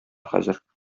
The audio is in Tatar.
хәзер